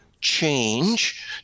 change